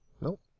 Nope